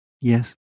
Yes